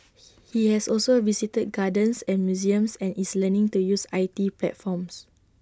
he has also visited gardens and museums and is learning to use I T platforms